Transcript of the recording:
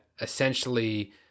essentially